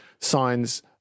signs